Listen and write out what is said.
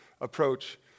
approach